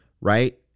right